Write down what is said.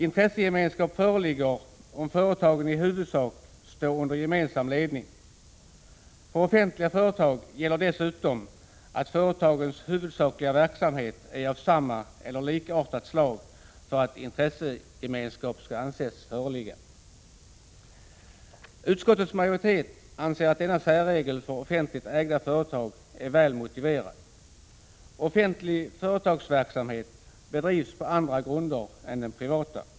Intressegemenskap föreligger om företagen i huvudsak står under gemensam ledning. För offentliga företag gäller dessutom att företagens huvudsakliga verksamhet är av samma eller likartat slag för att intressegemenskap skall anses föreligga. Utskottets majoritet anser att denna särregel för offentligt ägda företag är välmotiverad. Offentlig företagsverksamhet bedrivs på andra grunder än den privata.